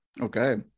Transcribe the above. Okay